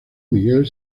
miguel